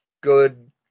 good